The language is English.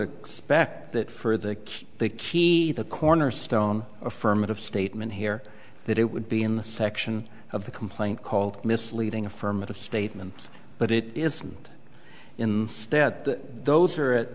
expect that for the key the key the cornerstone affirmative statement here that it would be in the section of the complaint called misleading affirmative statements but it isn't in step that those are